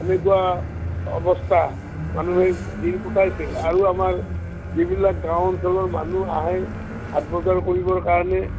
এনেকুৱা অৱস্থা মানুহে দিন কটাইছিল আৰু আমাৰ যিবিলাক গাঁও অঞ্চলৰ মানুহ আহে বজাৰ কৰিবৰ কাৰণে